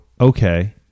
okay